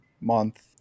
month